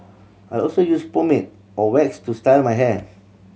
I also use pomade or wax to style my hair